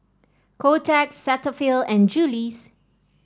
Kotex Cetaphil and Julie's